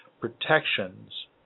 protections